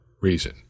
reason